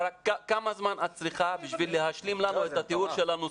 כמה זמן את צריכה כדי להשלים לנו את התיאור של הנוסחה.